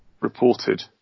reported